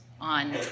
on